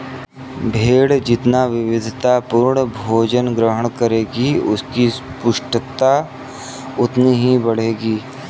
भेंड़ जितना विविधतापूर्ण भोजन ग्रहण करेगी, उसकी पुष्टता उतनी ही बढ़ेगी